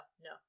no